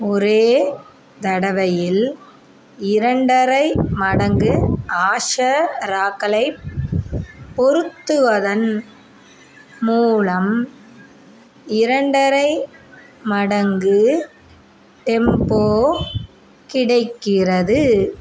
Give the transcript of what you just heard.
ஒரே தடவையில் இரண்டரை மடங்கு ஆஷராக்களைப் பொருத்துவதன் மூலம் இரண்டரை மடங்கு டெம்போ கிடைக்கிறது